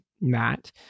Matt